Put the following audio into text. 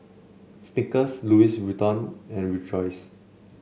Snickers Louis Vuitton and Rejoice